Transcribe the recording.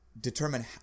determine